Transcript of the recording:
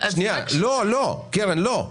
קרן, לא.